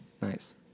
Nice